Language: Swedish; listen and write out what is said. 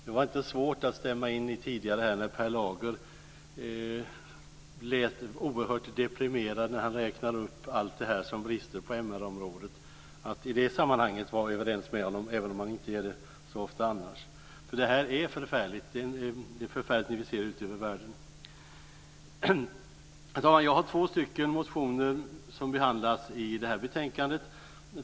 Det var inte svårt att stämma in med Per Lager här tidigare som lät oerhört deprimerad när han räknade upp allt som brister på mr-området. I det sammanhanget var det inte svårt att vara överens med honom, även om man inte är det så ofta annars, för det är förfärligt när vi ser hur det ser ut över världen. Herr talman! Jag har två motioner som behandlas i detta betänkande.